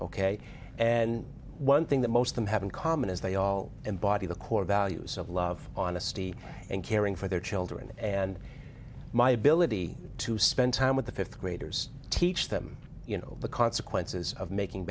ok and one thing that most of them have in common is they all embody the core values of love on a steady and caring for their children and my ability to spend time with the th graders teach them you know the consequences of making